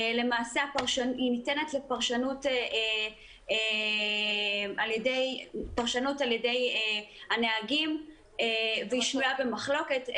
למעשה היא ניתנת לפרשנות על ידי הנהגים והיא שנויה במחלוקת.